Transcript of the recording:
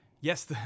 Yes